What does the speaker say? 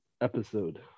episode